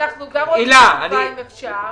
אם אפשר,